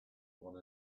one